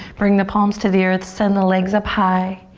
bring the palms to the earth, send the legs up high.